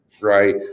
Right